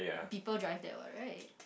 people drive that what right